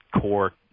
core